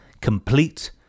complete